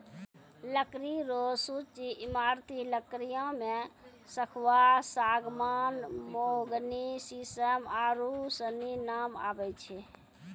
लकड़ी रो सूची ईमारती लकड़ियो मे सखूआ, सागमान, मोहगनी, सिसम आरू सनी नाम आबै छै